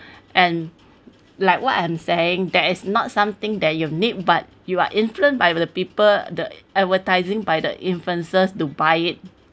and like what I'm saying that it's not something that you need but you are influenced by the people the advertising by the influences to buy it